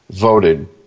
voted